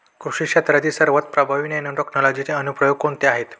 कृषी क्षेत्रातील सर्वात प्रभावी नॅनोटेक्नॉलॉजीचे अनुप्रयोग कोणते आहेत?